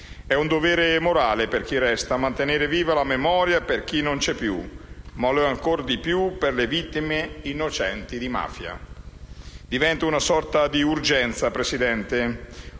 È un dovere morale, per chi resta, mantenere viva la memoria di chi non c'è più, ma lo è ancora di più per le vittime innocenti di mafia. Diventa una sorta di "urgenza'", signor